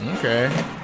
Okay